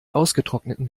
ausgetrockneten